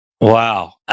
Wow